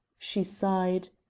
she sighed.